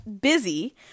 busy